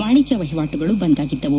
ವಾಣಿಜ್ಯ ವಹಿವಾಟುಗಳು ಬಂದ್ ಆಗಿದ್ದವು